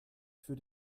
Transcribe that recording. für